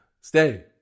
stay